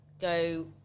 go